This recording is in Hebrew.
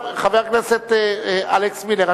חבר הכנסת אלכס מילר,